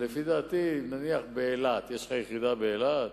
לדעתי, נניח באילת, יש לך יחידה באילת?